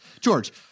George